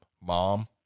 Mom